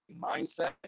mindset